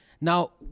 Now